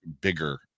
bigger